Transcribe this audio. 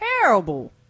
terrible